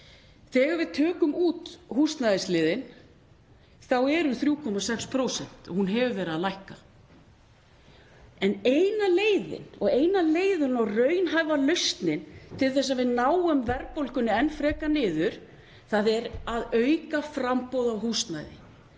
Þegar við tökum út húsnæðisliðinn er hún 3,6% en hún hefur verið að lækka. En eina leiðin og raunhæfa lausnin til þess að við náum verðbólgunni enn frekar niður er að auka framboð á húsnæði.